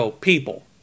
people